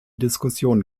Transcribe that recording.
diskussion